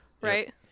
Right